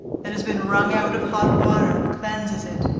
that has been wrung out of hot water cleanses it,